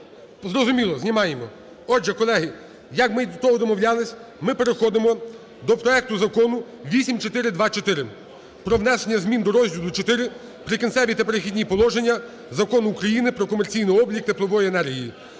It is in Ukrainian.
Зрозуміло, знімаємо. Отже, колеги, як ми і до того домовлялися, ми переходимо до проекту закону 8424 про внесення змін до Розділу IV "Прикінцеві та перехідні положення" Закону України про комерційний облік теплової енергії.